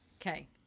Okay